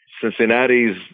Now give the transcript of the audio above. Cincinnati's